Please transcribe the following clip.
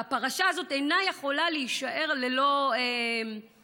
והפרשה הזאת אינה יכולה להישאר ללא מענה.